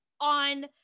on